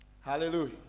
Hallelujah